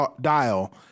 dial